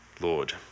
lord